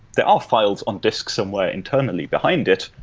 there are files on discs somewhere internally behind it,